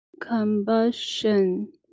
combustion